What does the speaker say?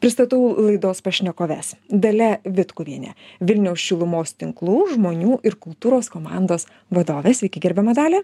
pristatau laidos pašnekoves dalia vitkuvienė vilniaus šilumos tinklų žmonių ir kultūros komandos vadovės gerbiama dalia